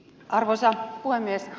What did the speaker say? arvoisa puhemies